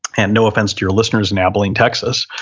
and no offense to your listeners in abilene, texas,